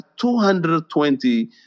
220